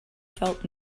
felt